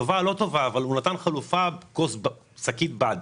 אנחנו רואים שהמחוקק נתן חלופה בדמות שקית בד.